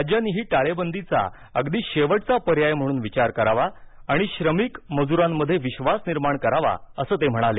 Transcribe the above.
राज्यांनीही टाळेबंदीचा अगदी शेवटचा पर्याय म्हणून विचार करावा आणि श्रमिक मजूरांमध्ये विश्वास निर्माण करावा असं ते म्हणाले